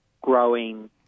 growing